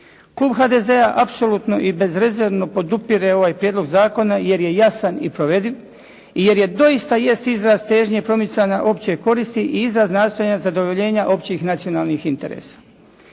Klub HDZ-a apsolutno i bezrezervno podupire ovaj prijedlog zakona, jer je jasan i provediv i jer je doista i jest izraz težnje promicanja opće koristi i izraz nastojanja zadovoljenja općih nacionalnih interesa.